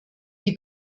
die